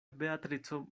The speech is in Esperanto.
beatrico